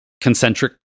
concentric